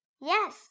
Yes